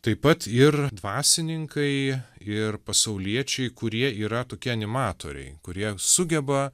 taip pat ir dvasininkai ir pasauliečiai kurie yra tokie animatoriai kurie sugeba